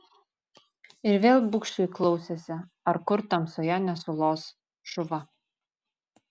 ir vėl bugščiai klausėsi ar kur tamsoje nesulos šuva